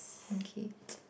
okay